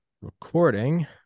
recording